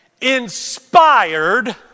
Inspired